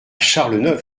charles